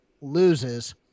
loses